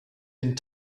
den